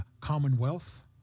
Commonwealth